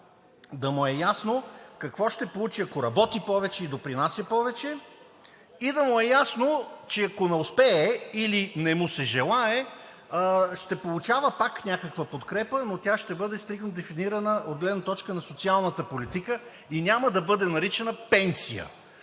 да му е ясно какво ще получи, ако работи повече и допринася повече, и да му е ясно, че ако не успее или не му се желае, ще получава пак някаква подкрепа, но тя ще бъде стриктно дефинирана от гледна точка на социалната политика и няма да бъде наричана пенсия,